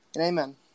Amen